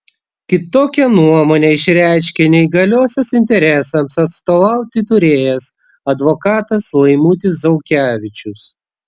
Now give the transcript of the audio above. kitokią nuomonę išreiškė neįgaliosios interesams atstovauti turėjęs advokatas laimutis zaukevičius